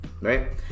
Right